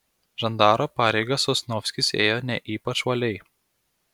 žandaro pareigas sosnovskis ėjo ne ypač uoliai